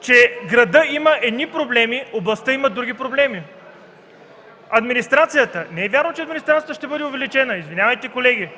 че градът има едни проблеми, а областта – други. Администрацията – не е вярно, че администрацията ще бъде увеличена. Извинявайте, колеги.